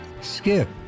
Skip